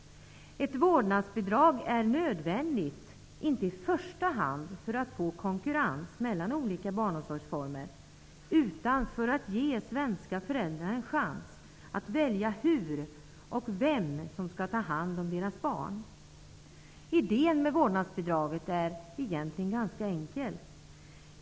Ett vårdnadsbidrag är nödvändigt, inte i första hand för att få konkurrens mellan olika barnomsorgsformer, utan för att ge svenska familjer en chans att välja hur och vem som skall ta hand om deras barn. Idén med vårdnadsbidraget är egentligen ganska enkel.